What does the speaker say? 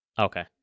Okay